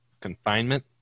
confinement